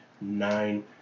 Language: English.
nine